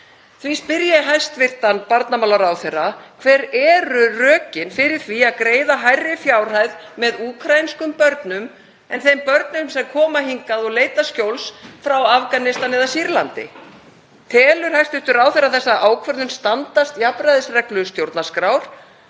Því spyr ég hæstv. barnamálaráðherra: Hver eru rökin fyrir því að greiða hærri fjárhæð með úkraínsku börnum en þeim börnum sem koma hingað og leita skjóls frá Afganistan eða Sýrlandi? Telur hæstv. ráðherra þessa ákvörðun standast jafnræðisreglu stjórnarskrár